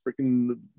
freaking